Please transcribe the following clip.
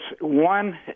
one